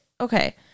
okay